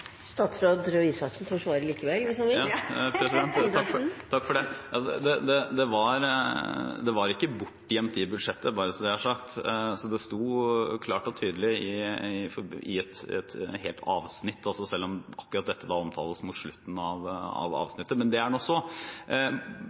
Statsråd Røe Isaksen får svare likevel hvis han vil. Takk for det. Det var ikke bortgjemt i budsjettet – bare så det er sagt. Det sto klart og tydelig i et helt avsnitt, selv om akkurat dette omtales mot slutten av avsnittet. Men det er nå så.